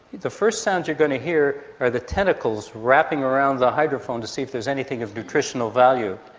the first sound you're going to hear are the tentacles wrapping around the hydrophone to see if there's anything of nutritional value.